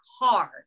hard